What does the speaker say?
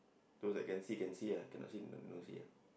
those that can see can see ah cannot see d~ don't see ah